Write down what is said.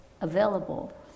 available